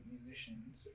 musicians